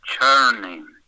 churning